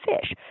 fish